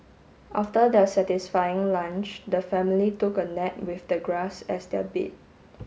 after their satisfying lunch the family took a nap with the grass as their bed